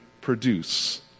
produce